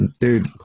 dude